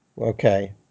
Okay